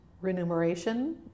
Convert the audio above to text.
remuneration